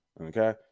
okay